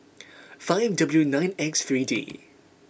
five W nine X three D